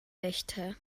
möchte